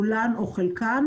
כולן או חלקן,